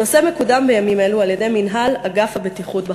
הנושא מקודם בימים אלו על-ידי מינהל אגף הבטיחות בחברה.